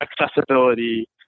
accessibility